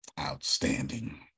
outstanding